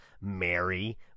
Mary